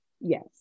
yes